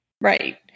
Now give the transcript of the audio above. Right